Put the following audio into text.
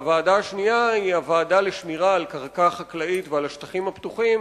והוועדה השנייה היא הוועדה לשמירה על קרקע חקלאית ועל השטחים הפתוחים.